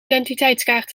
identiteitskaart